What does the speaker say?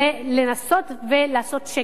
לנסות לעשות שקט.